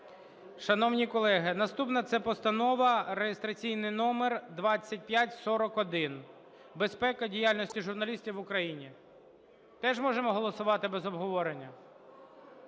Шановні колеги, наступна – це Постанова (реєстраційний номер 2541) "Безпека діяльності журналістів в Україні". Теж можемо голосувати без обговорення?